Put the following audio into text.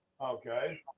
Okay